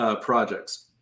projects